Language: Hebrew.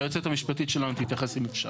שהיועצת המשפטית שלנו תתייחס אם אפשר.